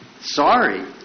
sorry